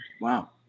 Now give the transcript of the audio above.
Wow